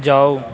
ਜਾਓ